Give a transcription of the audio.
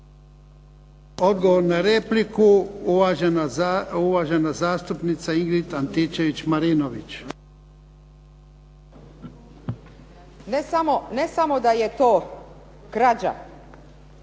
Odgovor na repliku, uvažena zastupnica Ingrid Antičević Marinović. **Antičević